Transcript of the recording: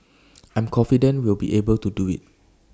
I'm confident we'll be able to do IT